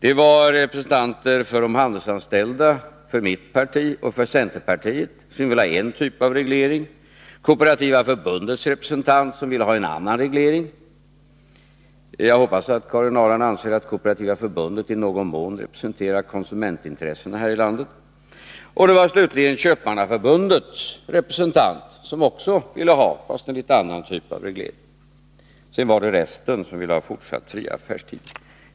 Det var representanter för de handelsanställda, för mitt parti och för centerpartiet, som ville ha en typ av reglering. Det var Kooperativa förbundets representant, som ville ha en annan reglering. Jag hoppas att Karin Ahrland anser att Kooperativa förbundet i någon mån representerar konsumentintressena här i landet. Det var slutligen Köpmannaförbundets representant, som också ville ha en litet annan typ av reglering. Sedan ville resten ha fortsatt fria affärstider.